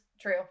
true